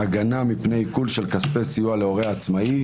(הגנה מפני עיקול של כספי סיוע להורה עצמאי),